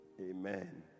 Amen